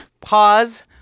Pause